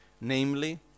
namely